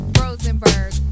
Rosenberg